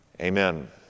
amen